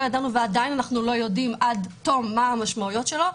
ידענו ואנחנו עדיין לא יודעים עד תום מה המשמעויות שלו,